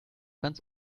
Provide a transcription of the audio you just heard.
ganz